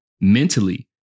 mentally